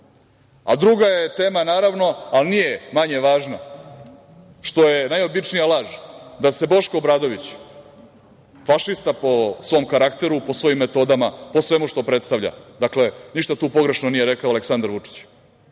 bolji. Druga je tema naravno, ali nije manje važna, što je najobičnija laž, da se Boško Obradović, fašista po svom karakteru, po svojim metodama, po svemu što predstavlja. Dakle, ništa tu pogrešno nije rekao Aleksandar Vučić.